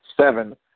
Seven